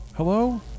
Hello